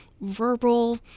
verbal